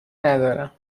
ندارم